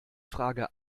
frage